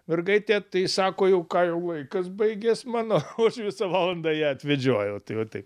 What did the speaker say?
mergaitę tai sako jau ką jau laikas baigės mano o aš visą valandą ją atvedžiojau tai va taip